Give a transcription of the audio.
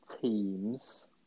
teams